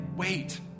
Wait